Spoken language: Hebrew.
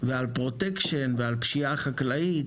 על פרוטקשיין ועל פשיעה חקלאית,